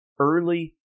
Early